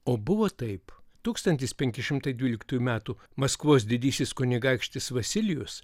o buvo taip tūkstantis penki šimtai dvyliktųjų metų maskvos didysis kunigaikštis vasilijus